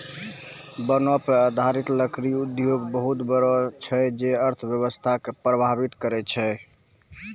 वनो पर आधारित लकड़ी उद्योग बहुत बड़ा छै जे अर्थव्यवस्था के प्रभावित करै छै